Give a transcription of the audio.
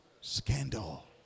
Scandal